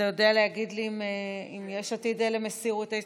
אתה יודע להגיד לי אם יש עתיד-תל"ם הסירו את ההסתייגות?